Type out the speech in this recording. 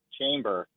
chamber